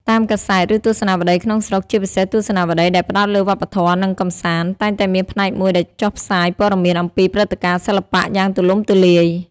តាមកាសែត ឬទស្សនាវដ្តីក្នុងស្រុក ជាពិសេសទស្សនាវដ្តីដែលផ្តោតលើវប្បធម៌ និងកម្សាន្ត តែងតែមានផ្នែកមួយដែលចុះផ្សាយព័ត៌មានអំពីព្រឹត្តិការណ៍សិល្បៈយ៉ាងទូលំទូលាយ។